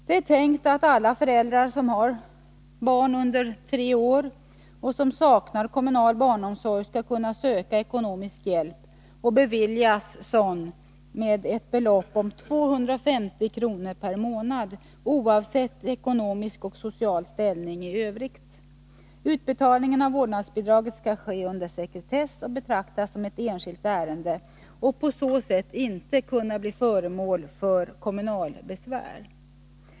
Det är tänkt att alla föräldrar som har barn under tre år och som saknar kommunal barnomsorg skall kunna söka ekonomisk hjälp och beviljas sådan med ett belopp av 250 kr. per månad, oavsett ekonomi och social ställning i övrigt. Utbetalningen av vårdnadsbidraget skall ske under sekretess. Det skall betraktas såsom ett enskilt ärende och på så sätt inte kunna bli föremål för kommunalbesvär.